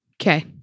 Okay